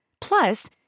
Plus